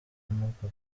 nuko